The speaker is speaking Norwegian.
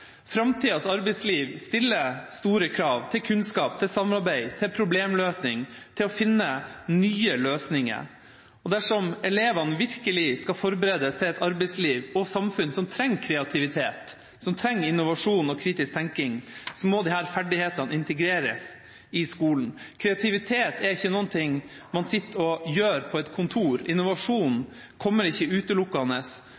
Framtidas arbeidsliv stiller store krav til kunnskap, til samarbeid, til problemløsning, til å finne nye løsninger. Dersom elevene virkelig skal forberedes til et arbeidsliv og et samfunn som trenger kreativitet, innovasjon og kritisk tenkning, må disse ferdighetene integreres i skolen. Kreativitet er ikke noe man sitter med på et kontor.